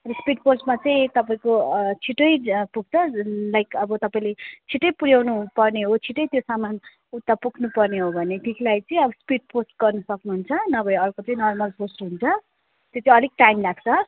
speed पोस्टमा चाहिँ तपाईँको छिट्टै पुग्छ लाइक अब तपाईँले छिट्टै पुर्याउनुपर्ने हो छिट्टै त्यो सामान उता पुग्नुपर्ने हो भनेदेखिलाई चाहिँ अब स्पिड पोस्ट गर्नु सक्नुहुन्छ नभए अर्को चाहिँ नर्मल पोस्ट हुन्छ त्यो चाहिँ अलिक टाइम लाग्छ